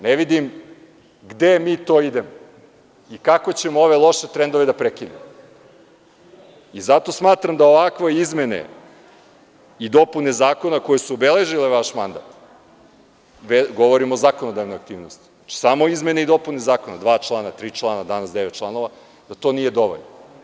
Ne vidim gde mi to idemo, i kako ćemo ove loše trendove da prekinemo, i zato smatram da ovakve izmene i dopune zakona koje su obeležile vaš mandat, govorim o zakonodavnoj aktivnosti, samo izmene i dopune zakona, dva člana, tri člana, danas devet članova, da to nije dovoljno.